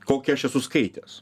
kokią aš esu skaitęs